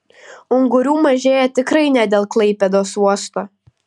ungurių mažėja tikrai ne dėl klaipėdos uosto